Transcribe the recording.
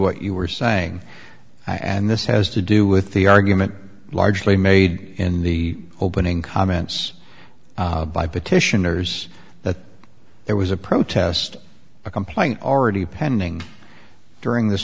what you were saying and this has to do with the argument largely made in the opening comments by petitioners that there was a protest a complaint already pending during this